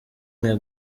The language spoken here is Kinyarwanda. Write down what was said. mwe